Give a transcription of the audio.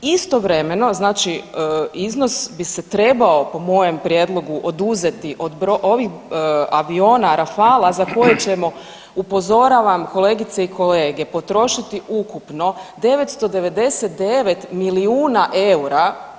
Istovremeno, znači iznos bi se trebao po mojem prijedlogu oduzeti od ovih aviona rafala, za koje ćemo, upozoravam kolegice i kolege potrošiti ukupno 999 milijuna eura.